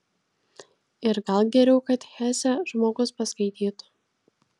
ir gal geriau kad hesę žmogus paskaitytų